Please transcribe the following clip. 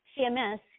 CMS